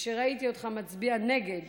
כשראיתי אותך מצביע נגד